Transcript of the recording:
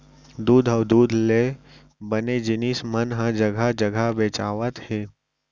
दूद अउ दूद ले बने जिनिस मन ह जघा जघा बेचावत हे